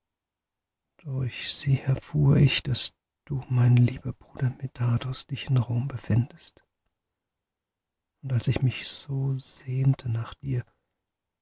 durch sie erfuhr ich daß du mein lieber bruder medardus dich in rom befändest und als ich mich so sehnte nach dir